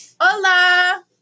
Hola